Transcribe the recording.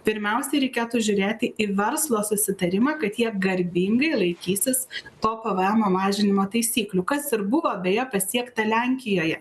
pirmiausiai reikėtų žiūrėti į verslo susitarimą kad jie garbingai laikysis to pvmo mažinimo taisyklių kas ir buvo beje pasiekta lenkijoje